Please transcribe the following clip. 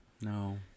No